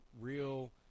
real